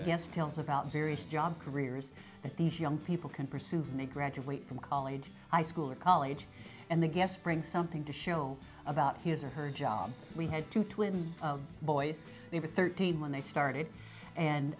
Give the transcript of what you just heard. guest tells about various job careers that these young people can pursue when they graduate from college high school or college and they guess bring something to show about his or her job we had two twin boys they were thirteen when they started and